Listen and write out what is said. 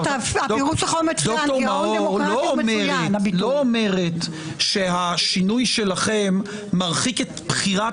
לא אומרת שהשינוי שלכם מרחיק את בחירת